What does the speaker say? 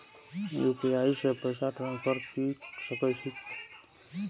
UPI से पैसा transfer की सके छी?